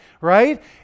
right